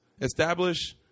Establish